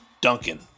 Duncan